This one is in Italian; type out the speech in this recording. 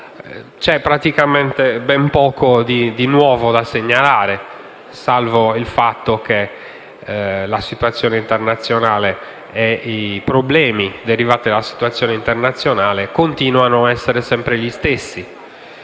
c'è praticamente ben poco di nuovo da segnalare, salvo il fatto che la situazione internazionale e i problemi da essa derivati continuano a essere sempre gli stessi.